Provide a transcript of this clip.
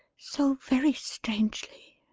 so very strangely,